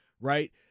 Right